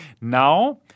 Now